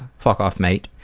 fuck off, mate